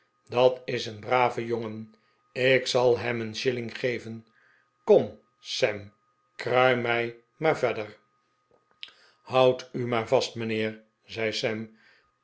dat is een brave jongen ik zal hem een shilling geven kom sam krui mij maar verder houd u maar vast mijnheer zei